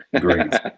Great